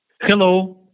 Hello